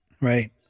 Right